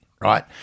right